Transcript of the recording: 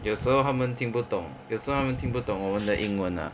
有时候他们听不懂有时候他们听不懂我们的英文 lah